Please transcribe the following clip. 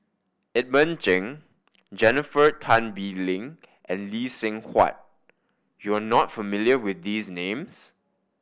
Edmund Cheng Jennifer Tan Bee Leng and Lee Seng Huat you are not familiar with these names